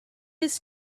his